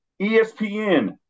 ESPN